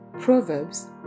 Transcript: Proverbs